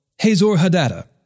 Hazor-Hadada